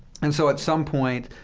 and so at some point,